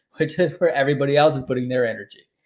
which is where everybody else is putting their energy.